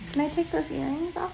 can i take those earrings